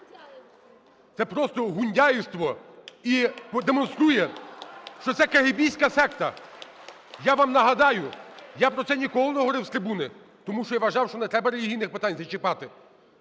Це просто гундяєвство і демонструє, що це кегебістська секта! Я вам нагадаю – я про це ніколи не говорив з трибуни, тому що я вважав, що не треба релігійних питань зачіпати,